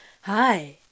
Hi